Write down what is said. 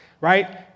right